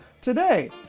today